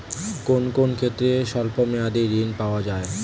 কোন কোন ক্ষেত্রে স্বল্প মেয়াদি ঋণ পাওয়া যায়?